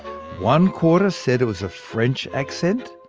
one quarter said it was a french accent,